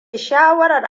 shawarar